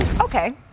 Okay